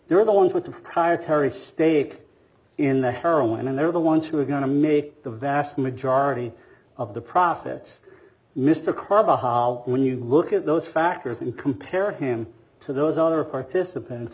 they're the ones with the higher terry stake in the heroin and they're the ones who are going to make the vast majority of the profits mr kirby when you look at those factors and compare him to those other participants